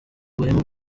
ubuhemu